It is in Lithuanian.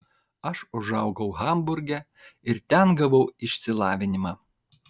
aš užaugau hamburge ir ten gavau išsilavinimą